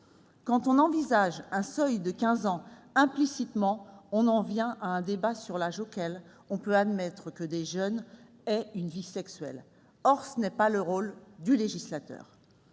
quand on envisage un seuil de quinze ans, on en vient implicitement à un débat sur l'âge auquel on peut admettre que des jeunes aient une vie sexuelle. Or ce n'est pas le rôle du législateur.